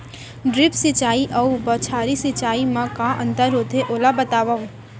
Drip सिंचाई अऊ बौछारी सिंचाई मा का अंतर होथे, ओला बतावव?